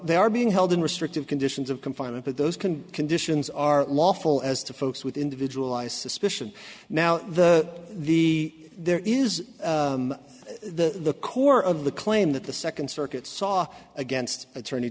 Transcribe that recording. they are being held in restrictive conditions of confinement but those can conditions are lawful as to folks with individual i suspicion now the the there is the core of the claim that the second circuit saw against attorney